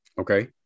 Okay